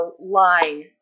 line